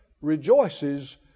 rejoices